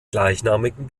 gleichnamigen